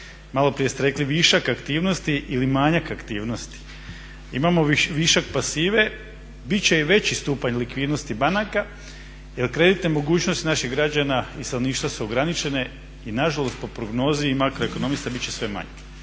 malo prije ste rekli višak aktivnosti ili manjak aktivnosti. Imamo višak pasive, bit će i veći stupanj likvidnosti banaka, jer kreditne mogućnosti naših građana i stanovništva su ograničene i na žalost po prognozi i makro ekonomista bit će sve manja.